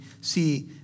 see